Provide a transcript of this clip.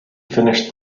finished